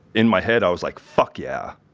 in my head, i was like, fuck yeah.